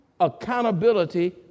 accountability